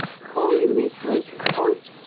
who in this house could?